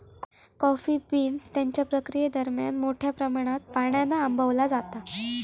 coffee beans त्यांच्या प्रक्रियेदरम्यान मोठ्या प्रमाणात पाण्यान आंबवला जाता